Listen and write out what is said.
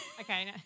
Okay